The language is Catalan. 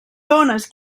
dónes